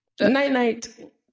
Night-night